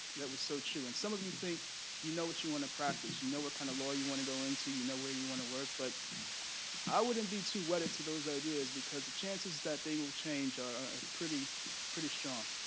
that was so true. and some of you think you know what you want to practice. you know what kind of law you want to go into. you know where you want to work. but i wouldn't be too wedded to those ideas, because the chances that they will change are pretty pretty strong.